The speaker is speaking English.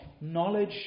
knowledge